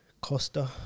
Costa